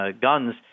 guns